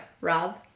Rob